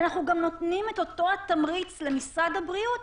אנחנו גם נותנים תמריץ למשרד הבריאות